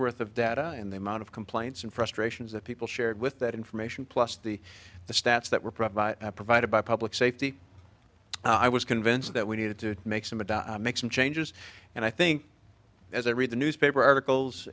worth of data and the amount of complaints and frustrations that people shared with that information plus the the stats that were provided provided by public safety i was convinced that we needed to make some make some changes and i think as i read the newspaper articles